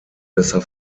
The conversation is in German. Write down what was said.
besser